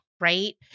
right